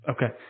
Okay